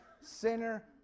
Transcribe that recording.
sinner